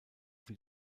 wie